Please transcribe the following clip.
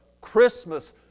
Christmas